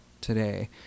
today